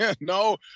No